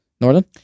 northern